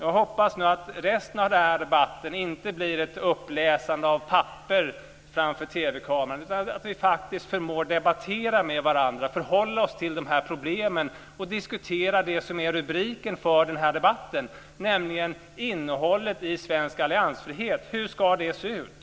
Jag hoppas att resten av den här debatten inte blir ett uppläsande av papper framför TV-kameran utan att vi faktiskt förmår debattera med varandra, förhålla oss de här problemen och diskutera det som satts som rubrik för debatten, nämligen hur innehållet i svensk alliansfrihet ska se ut.